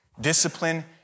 Discipline